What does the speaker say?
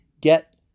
get